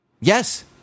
yes